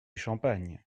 champagne